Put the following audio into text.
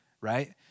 right